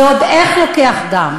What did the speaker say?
ועוד איך לוקח דם.